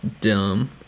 dumb